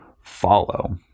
Follow